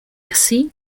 así